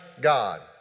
God